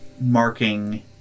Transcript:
marking